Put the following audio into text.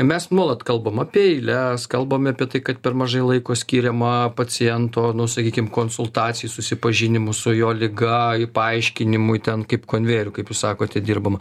mes nuolat kalbam apie eiles kalbam apie tai kad per mažai laiko skiriama paciento nu sakykim konsultacijai susipažinimui su jo liga paaiškinimui ten kaip konvejeriu kaip jūs sakote dirbama